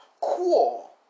cool